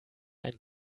ein